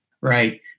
Right